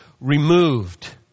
removed